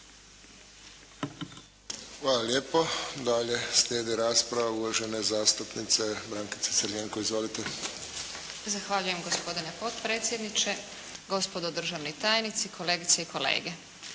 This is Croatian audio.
Hvala lijepo. Dalje slijedi rasprava uvažene zastupnice Brankice Crljenko. Izvolite. **Crljenko, Brankica (SDP)** Zahvaljujem gospodine potpredsjedniče. Gospodo državni tajnici, kolegice i kolege.